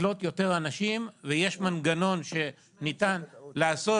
לקלוט יותר אנשים ויש מנגנון שניתן לעשות,